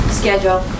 schedule